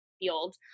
field